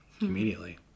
immediately